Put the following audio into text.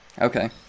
Okay